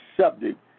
subject